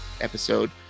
episode